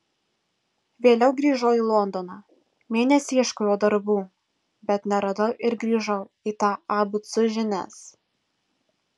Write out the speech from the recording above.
vėliau grįžau į londoną mėnesį ieškojau darbų bet neradau ir grįžau į tą abc žinias